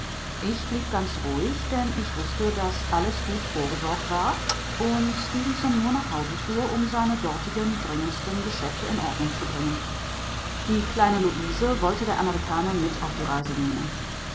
ich blieb ganz ruhig denn ich wußte daß alles gut vorgesorgt war und stefenson nur nach hause fuhr um seine dortigen dringendsten geschäfte in ordnung zu bringen die kleine luise wollte der amerikaner mit auf die reise nehmen